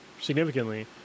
significantly